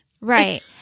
Right